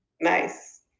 Nice